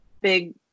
big